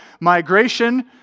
migration